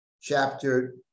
chapter